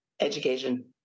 education